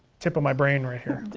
tip of my brain right here.